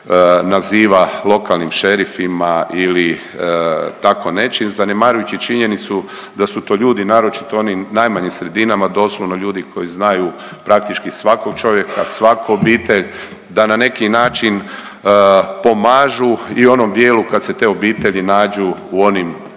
naziva lokalnim šerifima ili tako nečim, zanemarujući činjenicu da su to ljudi, naročito oni u najmanjim sredinama doslovno ljudi koji znaju praktički svakog čovjeka, svaku obitelj, da na neki način pomažu i onom dijelu kad se te obitelji nađu u onim ogromnim